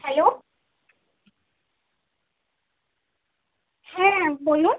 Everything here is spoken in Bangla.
হ্যালো হ্যাঁ বলুন